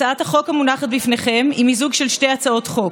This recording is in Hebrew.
הצעת החוק המונחת בפניכם היא מיזוג של שתי הצעות חוק.